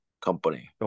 company